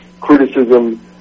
criticism